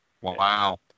Wow